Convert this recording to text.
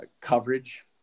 coverage